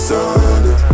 Sunday